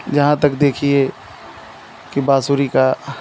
जहाँ तक देखिए की बाँसुरी का